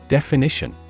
Definition